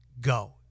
Go